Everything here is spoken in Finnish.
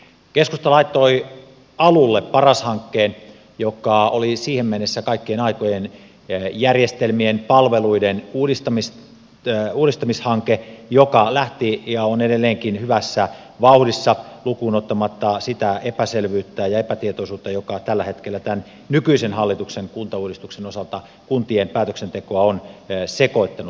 keskusta laittoi alulle paras hankkeen joka oli siihen mennessä kaikkien aikojen järjestelmien palveluiden uudistamishanke joka lähti ja on edelleenkin hyvässä vauhdissa lukuun ottamatta sitä epäselvyyttä ja epätietoisuutta joka tällä hetkellä tämän nykyisen hallituksen kuntauudistuksen osalta kuntien päätöksentekoa on sekoittanut